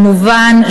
כמובן,